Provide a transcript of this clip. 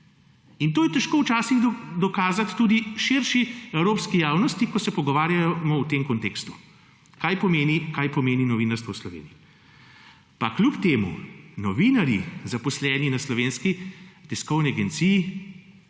In to je težko včasih dokazat tudi širši evropski javnosti, ko se pogovarjamo o tem kontekstu, kaj pomeni novinarstvo v Sloveniji. Pa kljub temu novinarji, zaposleni na Slovenski tiskovni agenciji